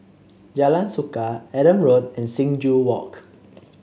Jalan Suka Adam Road and Sing Joo Walk